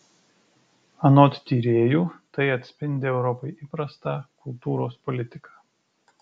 anot tyrėjų tai atspindi europai įprastą kultūros politiką